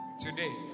Today